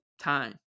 time